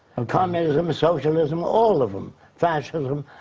um communism, socialism, all of them. fascism.